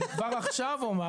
כבר עכשיו אני אומר.